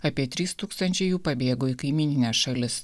apie trys tūkstančiai jų pabėgo į kaimynines šalis